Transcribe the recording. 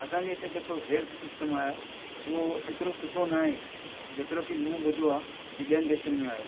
असांजे हिते जेको हेल्थ सिस्टम आहे उहो एतिरो सुठो न आहे जेतिरो की मूं ॿुधो आहे की ॿियनि देशनि में आहे